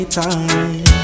time